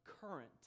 current